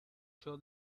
show